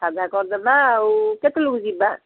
ସାଧା କରିଦେବା ଆଉ କେତେବେଳକୁ ଯିବା